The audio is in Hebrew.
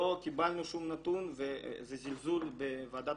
לא קיבלנו שום נתון וזה זלזול בוועדת